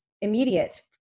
immediate